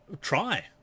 try